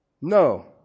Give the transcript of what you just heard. No